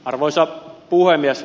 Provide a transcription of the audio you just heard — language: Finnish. arvoisa puhemies